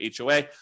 HOA